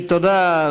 תודה.